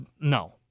No